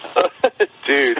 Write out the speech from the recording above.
Dude